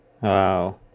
wow